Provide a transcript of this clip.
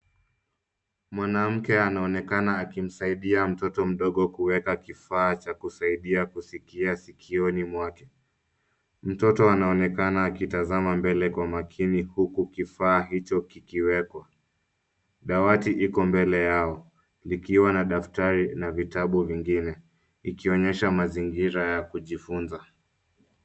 Mwanamke anaonekana akimsaidia mtoto mdogo kuweka kifaa cha kusaidia kusikia sikioni mwake. Mtoto anaonekana akitazama mbele kwa makini huku kifaa hicho kikiwekwa. Dawati iko mbele yao likiwa na daftari na vitabu vingine ikionyesha mazingira ya kujifunza.